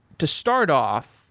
to start off,